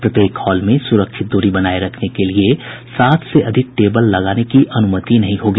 प्रत्येक हॉल में सुरक्षित दूरी बनाए रखने के लिए सात से अधिक टेबल लगाने की अनुमति नहीं होगी